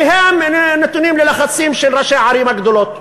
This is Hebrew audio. כי הם נתונים ללחצים של ראשי הערים הגדולות.